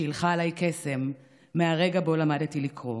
שהילכה עליי קסם מהרגע שבו למדתי לקרוא,